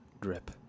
drip